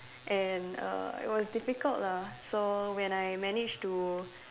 and err it was difficult lah so when I managed to